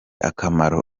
akamaro